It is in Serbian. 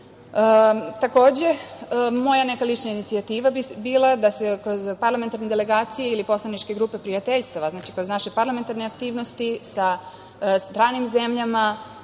decenija. Moja neka lična inicijativa bi bila da se kroz parlamentarne delegacije ili poslaničke grupe prijateljstava, znači kroz naše parlamentarne aktivnosti sa stranim zemljama